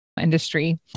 industry